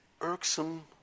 irksome